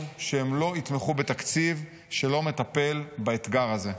שהם לא יתמכו בתקציב שלא מטפל באתגר הזה.